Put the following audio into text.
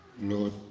lord